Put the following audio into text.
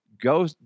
go